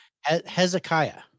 Hezekiah